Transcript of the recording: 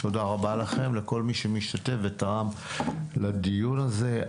תודה רבה לכם לכל מי שהשתתף ותרם לדיון הזה.